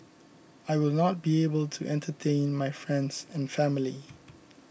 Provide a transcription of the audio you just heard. I will not be able to entertain my friends and family